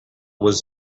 was